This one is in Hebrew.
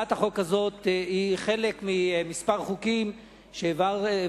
הצעת החוק הזאת היא חלק מכמה חוקים שהעברתי